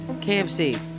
KFC